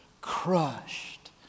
crushed